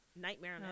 nightmare